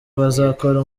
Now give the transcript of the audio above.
bazakora